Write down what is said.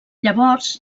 llavors